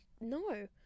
no